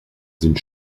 sind